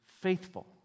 faithful